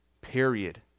Period